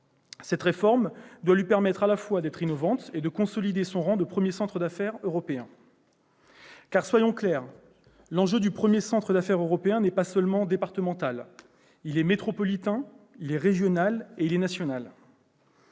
Cette réforme doit lui permettre à la fois d'être innovante et de consolider son rang de premier centre d'affaires européen. Soyons clairs, l'enjeu du premier centre d'affaires européen n'est pas seulement départemental : il est métropolitain, régional, national